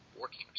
working